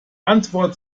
antwort